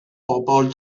bobol